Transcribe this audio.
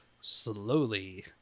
slowly